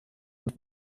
und